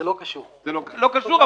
לא קשור,